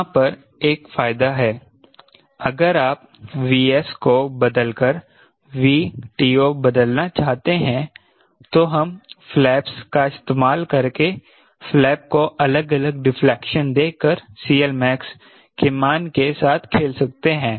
यहां पर एक फायदा है अगर आप Vs को बदलकर VTO बदलना चाहते हैं तो हम फ्लैपस का इस्तेमाल करके फ्लैप को अलग अलग डिफ्लेक्शन देकर CLmax के मान के साथ खेल सकते हैं